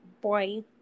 boy